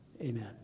Amen